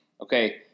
Okay